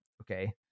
Okay